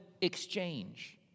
exchange